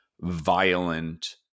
violent